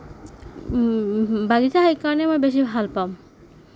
বাগিছা সেইকাৰণে মই বেছি ভাল পাওঁ